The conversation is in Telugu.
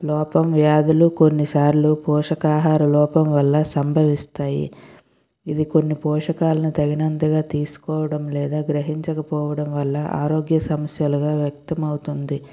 లోపం వ్యాధులు కొన్నిసార్లు పోషకాహార లోపం వల్ల సంభవిస్తాయి ఇది కొన్ని పోషకాలను తగినంతగా తీసుకోవడం లేదా గ్రహించకపోవడం వల్ల ఆరోగ్య సమస్యలుగా వ్యక్తం అవుతుంది